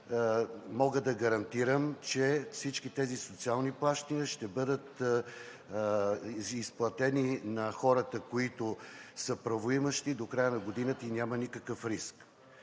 мога да гарантирам, че всички тези социални плащания ще бъдат изплатени на хората, които са правоимащи до края на годината, и няма никакъв риск.